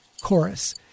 chorus